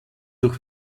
durch